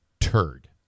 turd